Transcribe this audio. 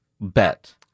bet